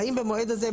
והאם במועד הזה,